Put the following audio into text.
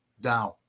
down